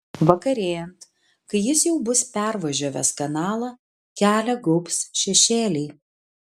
vakarėjant kai jis jau bus pervažiavęs kanalą kelią gaubs šešėliai